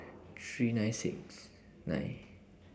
three nine six nine